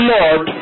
Lord